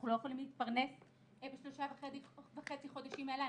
אנחנו לא יכולים להתפרנס בשלושה וחצי החודשים האלה.